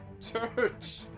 Church